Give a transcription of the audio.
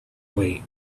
wait